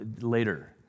later